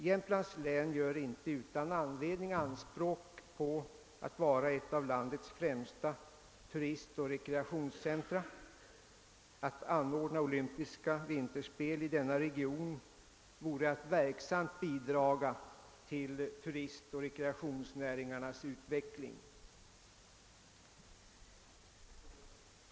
Jämtlands län gör inte utan anledning anspråk på att vara ett av landets främsta turistoch rekreationscentra. Att anordna olympiska vinterspel i den regionen vore att verksamt bidra till turistoch rekreationsnäringarnas utveckling.